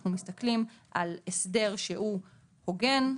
אנחנו מסתכלים על הסדר שהוא הוגן,